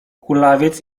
kulawiec